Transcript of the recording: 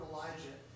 Elijah